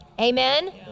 Amen